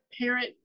parent